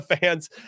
fans